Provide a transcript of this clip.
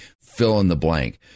fill-in-the-blank